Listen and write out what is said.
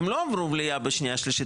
הם לא עברו מליאה בשנייה שלישית,